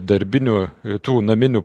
darbinių tų naminių